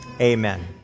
amen